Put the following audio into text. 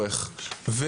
צורך,